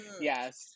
Yes